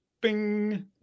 bing